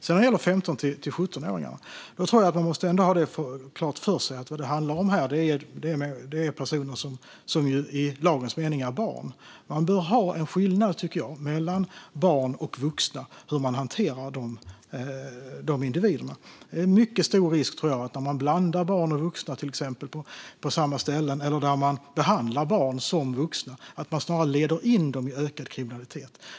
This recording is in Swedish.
När det gäller 15-17-åringarna tror jag att man ändå måste ha klart för sig att det handlar om personer som i lagens mening är barn. Man bör ha en skillnad, tycker jag, mellan barn och vuxna och hur man hanterar dessa individer. Om man till exempel blandar barn och vuxna på samma ställen eller om man behandlar barn som vuxna är det mycket stor risk att man snarare leder in dem i ökad kriminalitet.